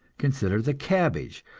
consider the cabbage,